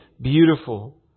Beautiful